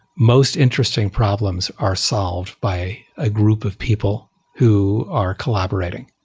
most interesting problems are solved by a group of people who are collaborating.